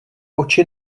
oči